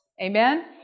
Amen